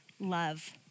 love